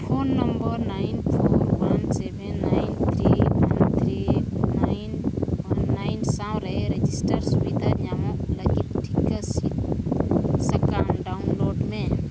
phone number nine four one seven nine three one three nine one nine ᱥᱟᱶᱨᱮ register ᱥᱩᱵᱤᱫᱷᱟ ᱧᱟᱢᱚᱜ ᱞᱟᱹᱜᱤᱫ ᱴᱤᱠᱟᱹ ᱥᱤᱫᱥᱟᱠᱟᱢ ᱰᱟᱣᱩᱱᱞᱳᱰ ᱢᱮ